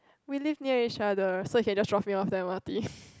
we live near each other so you can just drop me off that m_r_t